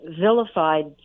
vilified